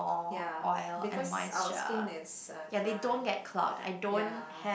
ya because our skin is uh dry ya